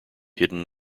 hidden